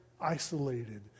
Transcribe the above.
isolated